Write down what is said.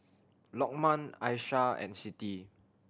Lokman Aishah and Siti